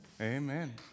Amen